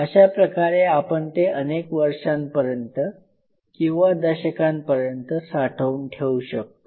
अशाप्रकारे आपण ते अनेक वर्षांपर्यंत किंवा दशकांपर्यंत साठवून ठेवू शकतो